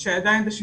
שהוא עדיין בשיפוץ,